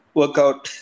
workout